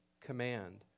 command